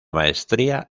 maestría